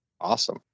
awesome